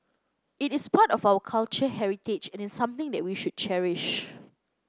it is part of our culture heritage and is something that we should cherish